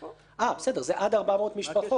זה עד 400 משפחות.